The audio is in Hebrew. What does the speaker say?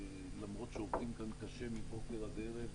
למרות שעובדים כאן קשה מבוקר עד ערב,